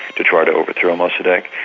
to try to overturn mossadeq,